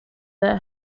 their